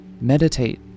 Meditate